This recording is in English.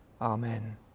Amen